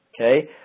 Okay